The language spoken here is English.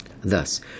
Thus